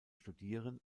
studieren